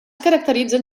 caracteritzen